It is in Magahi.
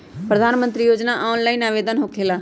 प्रधानमंत्री योजना ऑनलाइन आवेदन होकेला?